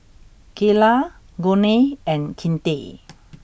Kaela Gurney and Kinte